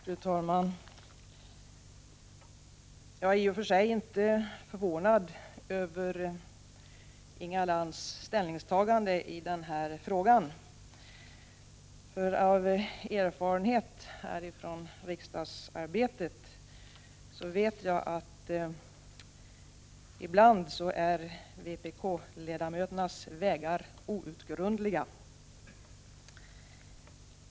Fru talman! Jag är i och för sig inte förvånad över Inga Lantz ställningstagande i den här frågan. Av erfarenhet från riksdagsarbetet vet jag att vpk-ledamöternas vägar ibland är outgrundliga.